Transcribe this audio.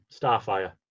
Starfire